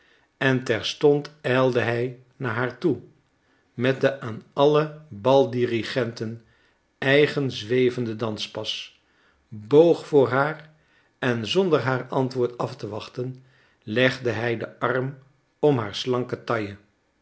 en terstond ijlde hij naar haar toe met den aan alle baldirigenten eigen zwevende danspas boog voor haar en zonder haar antwoord af te wachten legde hij den arm om haar slanke taille